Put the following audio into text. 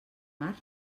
mar